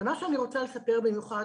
אבל מה שאני רוצה לספר במיוחד,